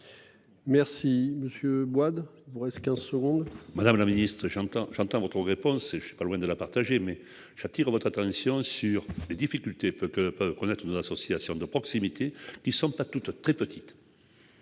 Merci Monsieur Wade. Il vous reste 15 secondes. Madame la Ministre j'entends j'entends votre réponse et je ne suis pas loin de la partager, mais j'attire votre attention sur les difficultés peut que peut connaître, associations de proximité qui sont pas toutes très petite.